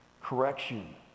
Correction